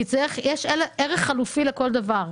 יש ערך חלופי לכל דבר.